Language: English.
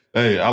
hey